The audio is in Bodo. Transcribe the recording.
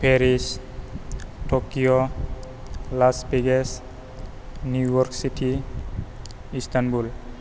Paris Tokyo Las Vegas New York city Istanbul